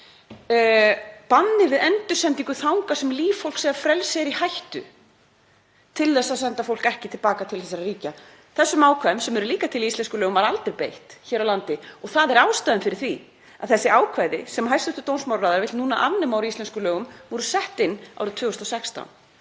banni við endursendingum þangað þar sem líf fólks eða frelsi er í hættu, að senda fólk ekki til baka til þessara ríkja. Þessum ákvæðum, sem eru líka til í íslenskum lögum, var aldrei beitt hér á landi og það er ástæðan fyrir því að þessi ákvæði sem hæstv. dómsmálaráðherra vill núna afnema úr íslenskum lögum voru sett inn árið 2016.